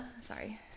sorry